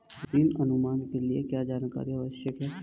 ऋण अनुमान के लिए क्या जानकारी आवश्यक है?